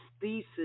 thesis